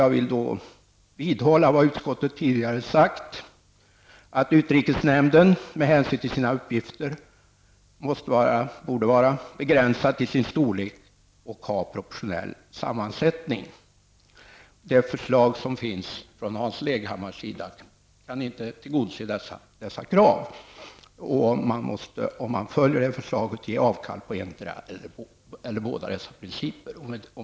Jag vill vidhålla vad utskottet tidigare sagt, nämligen att utrikesnämnden med hänsyn till sina uppgifter borde vara begränsad till sin storlek och ha proportionell sammansättning. Det förslag som Hans Leghammar framför kan inte tillgodose dessa krav. Om man följer detta förslag måste man ge avkall på endera eller båda dessa principer.